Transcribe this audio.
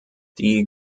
die